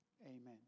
amen